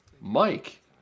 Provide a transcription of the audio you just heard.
Mike